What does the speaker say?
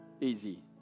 easy